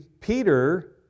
peter